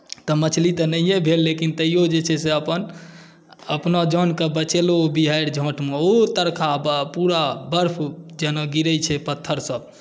तऽ मछली तऽ नहिए भेल लेकिन तैओ जे छै से अपना जानकेँ बचेलहुँ ओहि बिहाड़ि झाँटमे ओ तड़का पूरा बर्फ जेना गिरैत छै पत्थरसभ